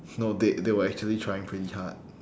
no they they were actually trying pretty hard